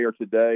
today